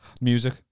Music